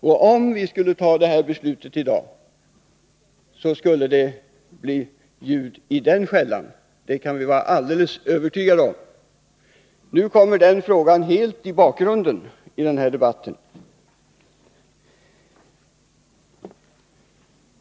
Om vi i dag skulle anta det moderata förslaget, då skulle det bli ljud i skällan från det hållet — det kan vi vara alldeles övertygade om. Nu kommer den frågan helt i bakgrunden i dagens debatt.